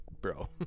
bro